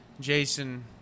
Jason